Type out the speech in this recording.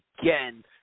again –